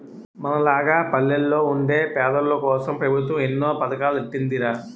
మనలాగ పల్లెల్లో వుండే పేదోల్లకోసం పెబుత్వం ఎన్నో పదకాలెట్టీందిరా